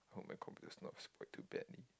hope my computer is not spoiled too badly